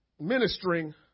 ministering